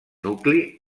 nucli